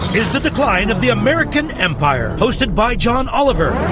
is the decline of the american empire, hosted by john oliver.